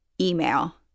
Email